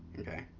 Okay